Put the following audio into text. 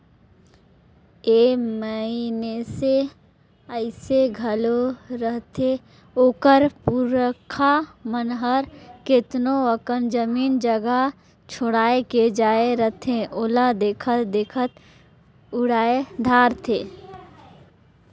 ए मइनसे अइसे घलो रहथें ओकर पुरखा मन हर केतनो अकन जमीन जगहा छोंएड़ के जाए रहथें ओला देखत देखत उड़ाए धारथें